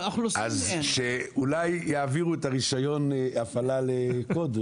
אז אולי שיעבירו את רישיון ההפעלה לקוד,